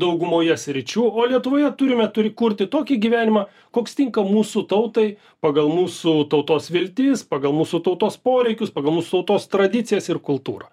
daugumoje sričių o lietuvoje turime turi kurti tokį gyvenimą koks tinka mūsų tautai pagal mūsų tautos viltis pagal mūsų tautos poreikius pagal mūsų tautos tradicijas ir kultūrą